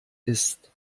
ist